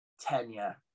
tenure